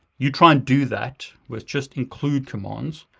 you try and do that with just include commands.